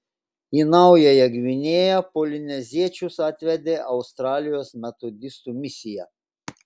į naująją gvinėją polineziečius atvedė australijos metodistų misija